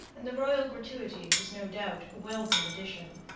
and the royal gratuity was no doubt a welcome addition.